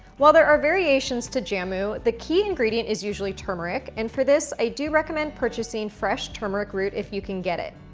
while there are variations to jamu, the key ingredient is usually turmeric and for this i do recommend purchasing fresh turmeric root if you can get it.